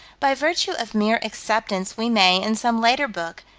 by virtue of mere acceptance, we may, in some later book,